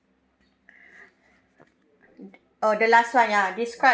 the oh the last one ya describe